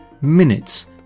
minutes